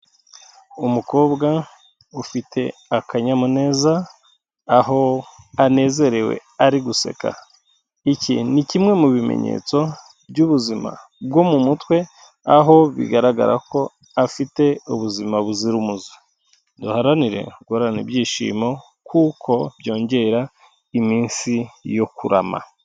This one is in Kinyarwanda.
Umukobwa ufite akanyamuneza aho anezerewe ari guseka. Iki ni kimwe mu bimenyetso by'ubuzima bwo mu mutwe, aho bigaragara ko afite ubuzima buzira umuze. Duharanire guhorana ibyishimo kuko byongera iminsi yo kurama.